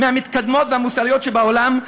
מהמתקדמות ומהמוסריות שבעולם,